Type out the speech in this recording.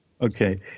okay